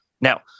Now